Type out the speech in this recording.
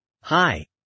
Hi